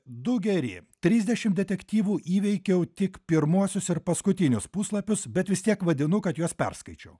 du geri trisdešimt detektyvų įveikiau tik pirmuosius ir paskutinius puslapius bet vis tiek vadinu kad juos perskaičiau